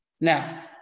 Now